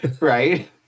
right